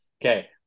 okay